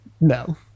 No